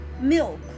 milk